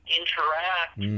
interact